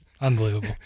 Unbelievable